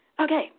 Okay